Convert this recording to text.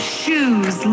shoes